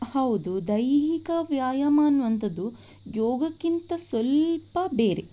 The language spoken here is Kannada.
ಹೌದು ದೈಹಿಕ ವ್ಯಾಯಾಮ ಅನ್ನುವಂಥದ್ದು ಯೋಗಕ್ಕಿಂತ ಸ್ವಲ್ಪ ಬೇರೆ